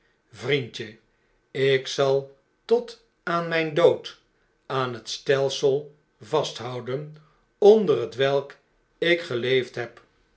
vriendje ik zal tot aan mijn dood aan het stelsel vasthouden onder hetwelk ik geleefd heb